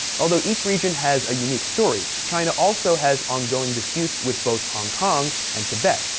although each region has a unique story, china also has ongoing disputes with both hong kong and tibet.